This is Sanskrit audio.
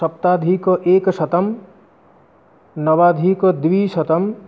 सप्ताधिक एकशतं नवाधिकद्विशतं